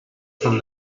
from